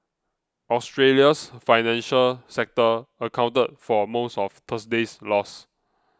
Australia's financial sector accounted for most of Thursday's loss